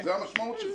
זה המשמעות,